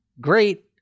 great